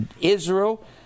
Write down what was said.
Israel